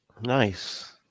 Nice